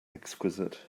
exquisite